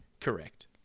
Correct